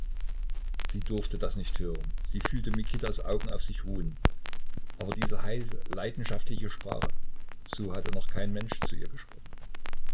sie durfte das nicht hören sie fühlte mikitas augen auf sich ruhen aber diese heiße leidenschaftliche sprache so hatte noch kein mensch zu ihr gesprochen